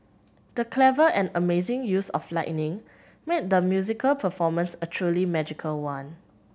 the clever and amazing use of lighting made the musical performance a truly magical one